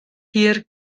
hir